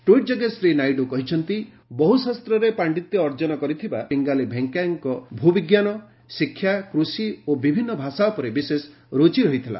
tweet ଯୋଗେ ଶ୍ରୀ ନାଇଡୁ କହିଛନ୍ତି ବହୁ ଶାସ୍ତରେ ପାଣ୍ଡିତ୍ୟ ଅର୍ଜନ କରିଥିବା ପିଙ୍ଗାଲି ଭେଙ୍କୟାଙ୍କ ଭୂବିଜ୍ଞାନ ଶିକ୍ଷା କୃଷି ଓ ବିଭିନ୍ନ ଭାଷା ଉପରେ ବିଶେଷ ରୁଚି ରହିଥିଲା